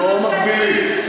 לא מגבילים.